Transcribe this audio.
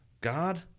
God